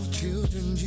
children